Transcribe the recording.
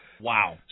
Wow